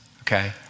okay